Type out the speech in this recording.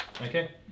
Okay